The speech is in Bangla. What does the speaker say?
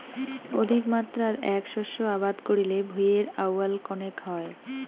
অধিকমাত্রাত এ্যাক শস্য আবাদ করিলে ভূঁইয়ের আউয়াল কণেক হয়